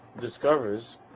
discovers